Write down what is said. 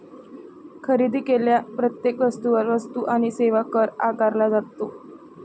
खरेदी केलेल्या प्रत्येक वस्तूवर वस्तू आणि सेवा कर आकारला जातो